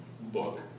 book